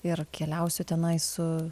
ir keliausiu tenai su